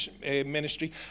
ministry